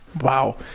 Wow